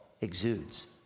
exudes